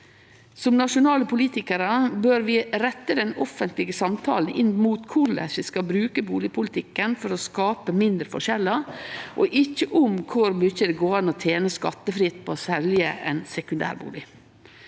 Som nasjonale politikarar bør vi rette den offentlege samtalen inn mot korleis vi skal bruke bustadpolitikken for å skape mindre forskjellar, ikkje kor mykje det går an å tene skattefritt på å selje ein sekundærbustad.